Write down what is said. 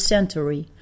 Century